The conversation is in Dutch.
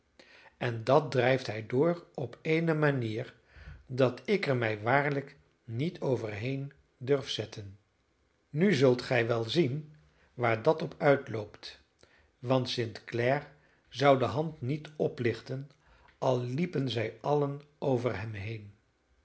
en dat drijft hij door op eene manier dat ik er mij waarlijk niet overheen durf zetten nu zult gij wel zien waar dat op uitloopt want st clare zou de hand niet oplichten al liepen zij allen over hem heen